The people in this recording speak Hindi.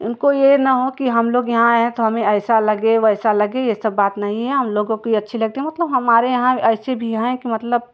उनको यह ना हो कि हम लोग यहाँ हैं तो हमें ऐसा लगे वैसा लगे यह सब बात नहीं है हम लोगों की अच्छी लगती मतलब हमारे यहाँ ऐसे भी है कि मतलब